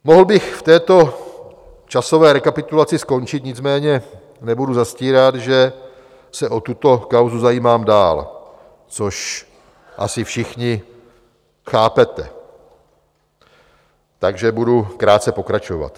Mohl bych v této časové rekapitulaci skončit, nicméně nebudu zastírat, že se o tuto kauzu zajímám dál, což asi všichni chápete, takže budu krátce pokračovat.